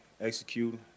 executing